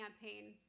Campaign